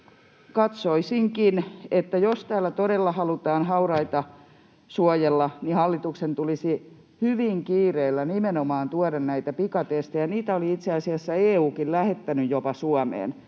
jos täällä todella halutaan hauraita suojella, niin hallituksen tulisi hyvin kiireellä nimenomaan tuoda näitä pikatestejä. Niitä oli itse asiassa EU:kin jopa lähettänyt Suomeen,